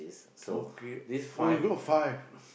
okay oh you got five